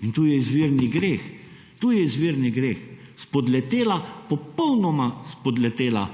in to je izvirni greh. To je izvirni greh, spodletela popolnoma spodletela